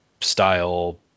style